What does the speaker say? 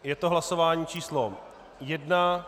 Je to hlasování číslo 1.